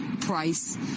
price